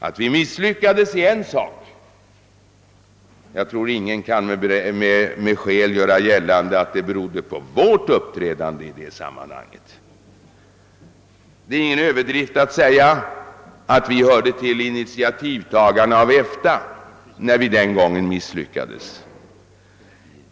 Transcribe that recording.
Att vi misslyckades är en sak. Jag tror att ingen med skäl kan göra gällande att det berodde på regeringens uppträdande i detta sammanhang. Det är ingen överdrift att säga att Sverige hörde till initiativtagarna av EFTA när det den gången misslyckades.